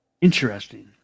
Interesting